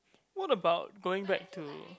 what about going back to